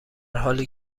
حالی